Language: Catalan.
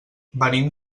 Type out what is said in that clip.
venim